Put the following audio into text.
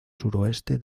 suroeste